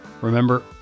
Remember